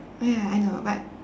oh ya I know but